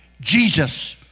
Jesus